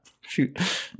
Shoot